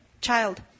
child